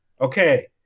Okay